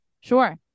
Sure